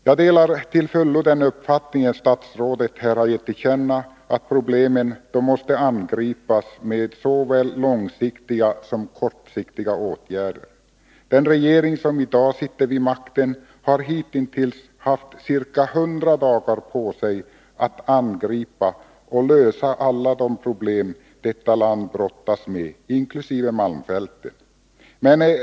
Jag delar till fullo den uppfattning som statsrådet har givit till känna, att problemen måste angripas med såväl långsiktiga som kortsiktiga åtgärder. Den regering som i dag sitter vid makten har hittills haft ca 100 dagar på sig att angripa och lösa alla de problem som landet inkl. malmfälten brottas med.